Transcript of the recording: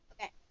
Okay